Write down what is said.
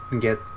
get